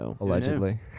Allegedly